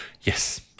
Yes